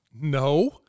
no